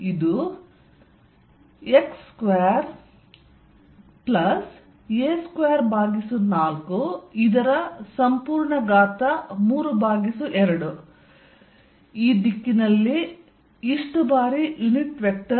ಇದು x2a2432 ಈ ದಿಕ್ಕಿನಲ್ಲಿ ಇಷ್ಟು ಬಾರಿ ಯುನಿಟ್ ವೆಕ್ಟರ್